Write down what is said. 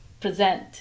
present